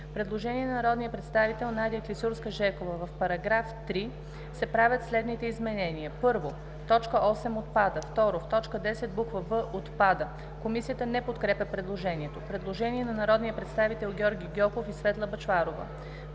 предложение на народния представител Надя Клисурска-Жекова: „В § 3 се правят следните изменения: 1. т. 8 отпада. 2. в т. 10 буква „в“ отпада.“ Комисията не подкрепя предложението. Има предложение на народните представители Георги Гьоков и Светла Бъчварова.